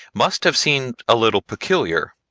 must have seemed a little peculiar.